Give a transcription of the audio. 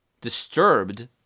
disturbed